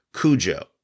Cujo